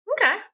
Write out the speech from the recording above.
Okay